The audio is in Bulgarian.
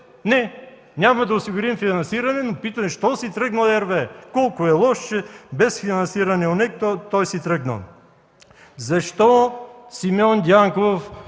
„Не, няма да осигурим финансиране”, но питаме: „Защо си тръгна RWE?” Колко е лош, че без финансиране от НЕК, той си тръгнал! Защо Симеон Дянков